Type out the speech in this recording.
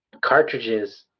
cartridges